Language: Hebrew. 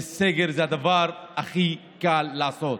סגר זה הדבר הכי קל לעשות.